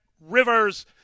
Rivers